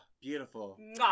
Beautiful